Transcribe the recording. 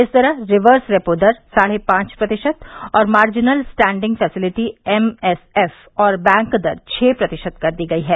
इस तरह reverse repo दर साढे पांच प्रतिशत और मार्जिनल स्टैंडिंग फैसेलिटी एमएसएफ और बैंक दर छह प्रतिशत कर दी गई है